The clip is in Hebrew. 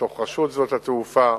בתוך רשות שדות התעופה,